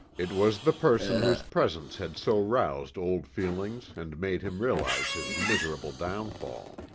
it was the person whose presence had so roused old feelings and made him realize his miserable downfall.